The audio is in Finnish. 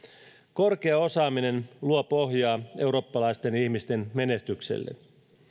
korkea osaaminen luo pohjaa eurooppalaisten ihmisten menestykselle